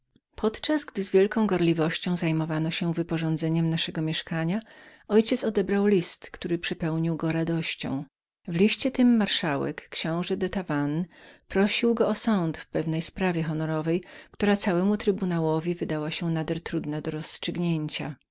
podczas gdy z wszelką czynnością zajmowano się wyporządzeniem naszego mieszkania mój ojciec odebrał list który przepełnił go radością w liście tym marszałek książe de tavannes prosił go o sąd w pewnej sprawie honorowej która całemu trybunałowi wydała się nader trudną do rozstrzygnięcia